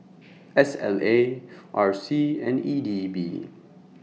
S L A R C and E D B